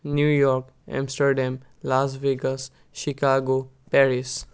New York Amsterdam Las Vegas Chicago Paris